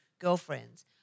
girlfriends